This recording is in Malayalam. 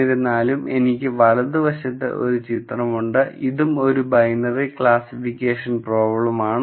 എന്നിരുന്നാലും എനിക്ക് വലതുവശത്ത് ഒരു ചിത്രമുണ്ട് ഇതും ഒരു ബൈനറി ക്ലാസിഫിക്കേഷൻ പ്രോബ്ലെമാണ്